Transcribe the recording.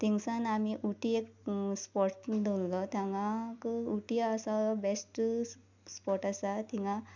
तिंगसान आमी उटी एक स्पॉट दवरलो तांगाक उटी आसा बॅस्ट स्पॉट आसा थिंगा